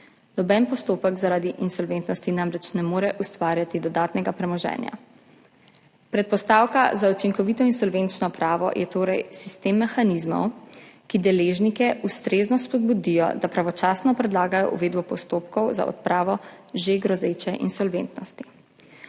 Noben postopek zaradi insolventnosti namreč ne more ustvarjati dodatnega premoženja. Predpostavka za učinkovito insolvenčno pravo je torej sistem mehanizmov, ki deležnike ustrezno spodbudijo, da pravočasno predlagajo uvedbo postopkov za odpravo že grozeče insolventnosti.